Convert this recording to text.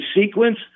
sequence